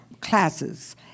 classes